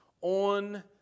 on